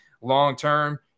long-term